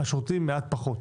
השוטרים מעט פחות.